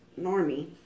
Normie